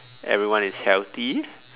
everyone is healthy